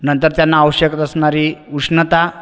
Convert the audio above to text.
नंतर त्यांना आवश्यक असणारी उष्णता